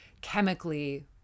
chemically